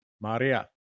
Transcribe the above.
maria